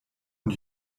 und